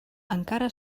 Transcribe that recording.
encara